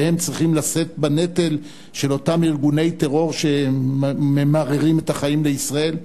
והם צריכים לשאת בנטל של אותם ארגוני טרור שממררים את החיים לישראל?